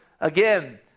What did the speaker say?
again